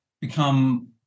become